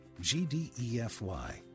G-D-E-F-Y